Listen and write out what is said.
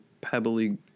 pebbly